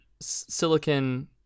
silicon